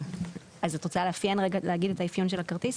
את רוצה לאפיין רגע את הכרטיס?